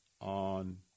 on